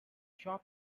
shop